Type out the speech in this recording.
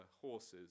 horses